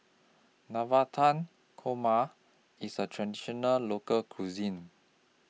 Navratan Korma IS A Traditional Local Cuisine